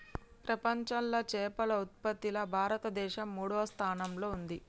ప్రపంచంలా చేపల ఉత్పత్తిలా భారతదేశం మూడో స్థానంలా ఉంది